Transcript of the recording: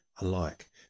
alike